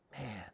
Man